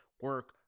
Work